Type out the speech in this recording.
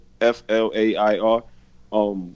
F-L-A-I-R